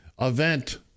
event